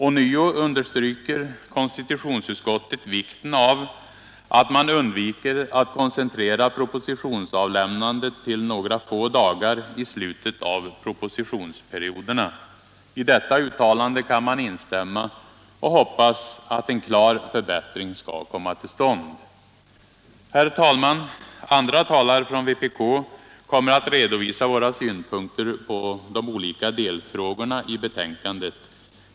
Ånyo understryker konstitutionsutskottet vikten av att man undviker att koncentrera propositionsavlämnandet till några få dagar i slutet av propositionsperioderna. I detta uttalande kan man instämma och hoppas att en klar förbättring skall komma till stånd. Herr talman! Andra talare från vpk kommer att redovisa våra synpunkter på de olika delfrågorna i betänkandet.